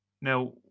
now